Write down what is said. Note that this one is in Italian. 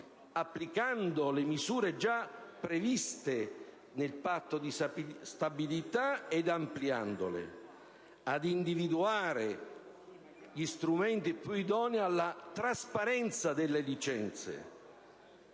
ampliando le misure già previste nel Patto di stabilità; ad individuare gli strumenti più idonei alla trasparenza delle licenze;